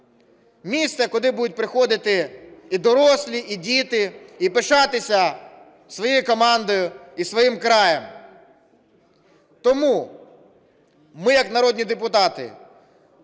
Місце, куди будуть приходити і дорослі, і діти, і пишатися своєю командою і своїм краєм. Тому ми як народні депутати